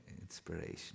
inspiration